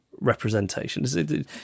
representation